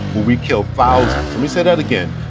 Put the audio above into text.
will we kill thousands? let me say that again.